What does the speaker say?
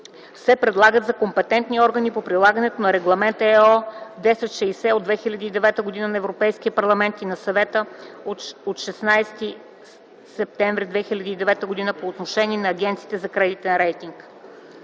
се предлагат за компетентни органи по прилагането на Регламент ЕО/1060 от 2009 г. на Европейския парламент и на Съвета от 16 септември 2009 г. по отношение на агенциите за кредитен рейтинг.